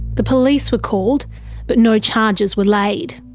the police were called but no charges were laid.